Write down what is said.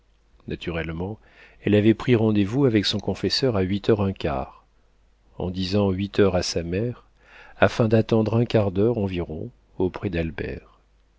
naturellement elle avait pris rendez-vous avec son confesseur à huit heures un quart en disant huit heures à sa mère afin d'attendre un quart-d'heure environ auprès d'albert